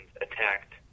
attacked